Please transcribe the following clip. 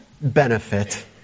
benefit